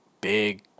big